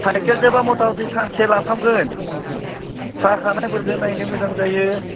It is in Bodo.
साइकेलजोंबा मथा मथि सानसे लाफ्रामगोन साहा खानायफोरखौ नायनो मोजां जायो